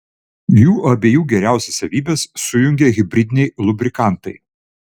jų abiejų geriausias savybes sujungia hibridiniai lubrikantai